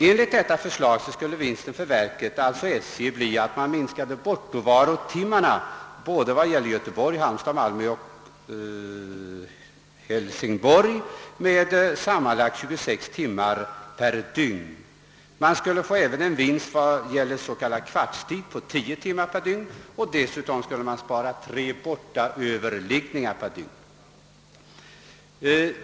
Enligt detta förslag skulle vinsten för verket — alltså SJ — bli att man minskade bortovarotiden från hemmastationerna Göteborg, Hälsingborg, Malmö och Halmstad med sammanlagt 26 timmar per dygn. Motsvarande vinst för verket i s.k. kvartstid skulle bli 10 timmar per dygn och tre överliggningar på bortastation skulle sparas.